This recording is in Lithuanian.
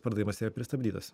pardavimas pristabdytas